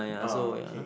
ah okay